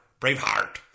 Braveheart